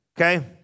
Okay